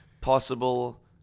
possible